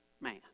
man